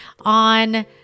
on